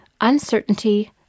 uncertainty